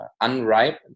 unripe